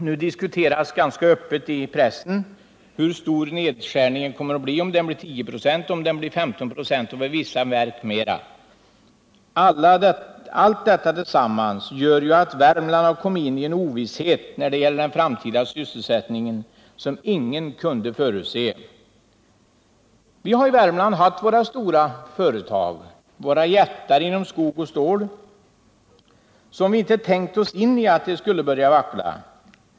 Nu diskuteras ganska öppet i pressen hur stor nedskärningen kommer att bli — om den kommer att bli 10 eller 15 96, vid vissa verk kanske ännu mera. Allt detta tillsammans gör att Värmland kommit in i en ovisshet när det gäller den framtida sysselsättningen som ingen kunde förutse. Vi har i Värmland haft våra två stora företag, våra jättar inom skog och stål. Vi har inte tänkt oss in i att de skulle kunna börja vackla.